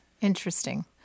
Interesting